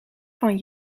van